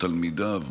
תלמידיו,